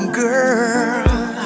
girl